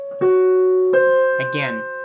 again